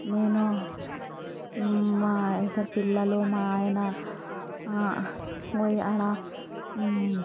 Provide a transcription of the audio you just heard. నేను మా ఇద్దరి పిల్లలు మా ఆయన